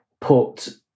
put